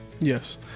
Yes